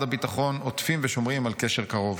הביטחון עוטפים ושומרים על קשר קרוב.